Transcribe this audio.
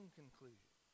conclusion